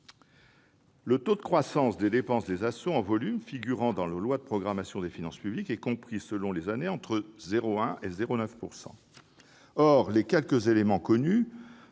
Le taux de croissance en volume des dépenses des ASSO figurant dans la loi de programmation des finances publiques est compris, selon les années, entre 0,1 % et 0,9 %. Or les quelques éléments connus